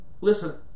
listen